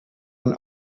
man